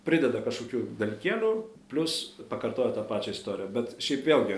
prideda kažkokių dalykėlių plius pakartoja tą pačią istoriją bet šiaip vėlgi